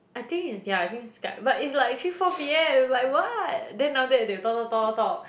I think is yeah I think Skype but it's like three four p_m like what then after that they will talk talk talk talk talk